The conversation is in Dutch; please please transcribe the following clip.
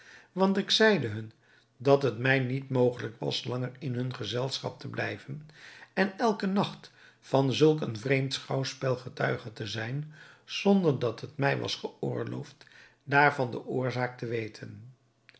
want ik zeide hun dat het mij niet mogelijk was langer in hun gezelschap te blijven en elken nacht van zulk een vreemd schouwspel getuige te zijn zonder dat het mij was geoorloofd daarvan de oorzaak te weten